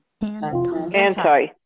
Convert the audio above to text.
Anti